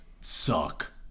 suck